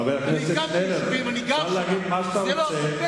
חבר הכנסת שנלר, אפשר להגיד מה שאתה רוצה,